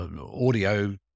audio